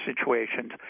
situations